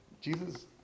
Jesus